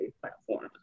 platform